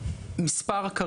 המספר בשלוף,